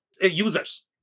users